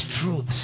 truths